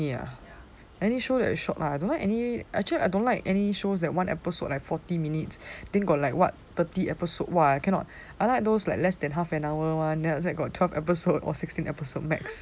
any show that is short lah I don't like any actually I don't like any shows that one episode like forty minutes then got like what thirty episode !wah! I cannot I like those like less than half an hour [one] then got like twelve episodes or sixteen episodes max